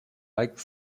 like